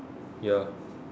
ya